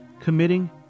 committing